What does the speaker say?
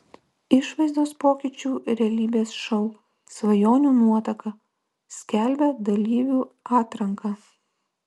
išvaizdos pokyčių realybės šou svajonių nuotaka skelbia dalyvių atranką